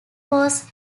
was